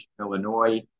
Illinois